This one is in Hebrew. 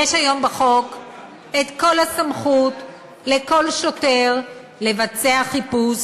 יש היום בחוק כל הסמכות לכל שוטר לבצע חיפוש